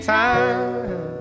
time